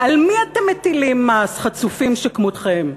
על מי אתם מטילים מס, חצופים שכמותכם?